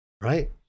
right